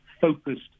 focused